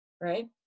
right